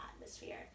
atmosphere